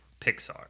Pixar